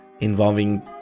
involving